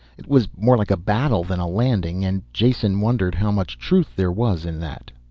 it was more like a battle than a landing, and jason wondered how much truth there was in that.